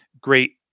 great